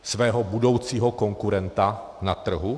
Svého budoucího konkurenta na trhu?